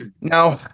Now